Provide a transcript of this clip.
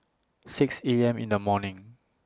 six A M in The morning